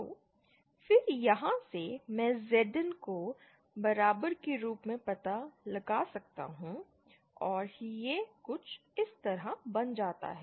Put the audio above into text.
तो फिर यहां से मैं Zin को बराबर के रूप में पता लगा सकता हूं और यह कुछ इस तरह बन जाता है